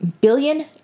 billion